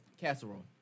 Casserole